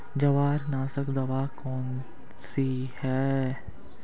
जवार नाशक दवा कौन सी है?